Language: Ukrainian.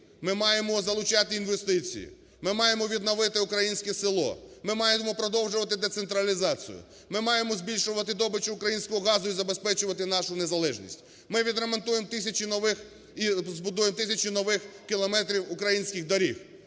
Ми маємо залучати інвестиції, ми маємо відновити українське село, ми маємо продовжувати децентралізацію, ми маємо збільшувати добич українського газу і забезпечувати нашу незалежність, ми відремонтуємо тисячі нових і збудуємо тисячі нових кілометрів українських доріг.